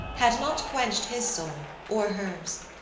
had not quenched his soul or hers.